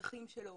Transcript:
הצרכים שלו,